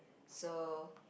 so